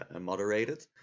moderated